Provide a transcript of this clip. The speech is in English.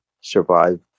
survive